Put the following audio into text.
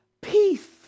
Peace